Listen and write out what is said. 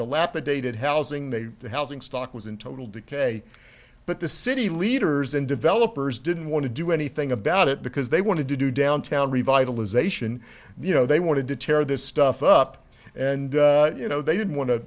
dilapidated housing they the housing stock was in total decay but the city leaders and developers didn't want to do anything about it because they wanted to do downtown revitalization you know they wanted to tear this stuff up and you know they didn't want to